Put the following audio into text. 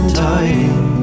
time